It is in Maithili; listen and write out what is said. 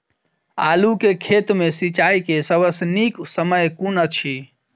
आलु केँ खेत मे सिंचाई केँ सबसँ नीक समय कुन अछि?